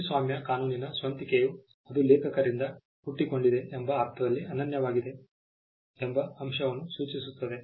ಕೃತಿಸ್ವಾಮ್ಯ ಕಾನೂನಿನ ಸ್ವಂತಿಕೆಯು ಅದು ಲೇಖಕರಿಂದ ಹುಟ್ಟಿಕೊಂಡಿದೆ ಎಂಬ ಅರ್ಥದಲ್ಲಿ ಅನನ್ಯವಾಗಿದೆ ಎಂಬ ಅಂಶವನ್ನು ಸೂಚಿಸುತ್ತದೆ